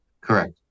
Correct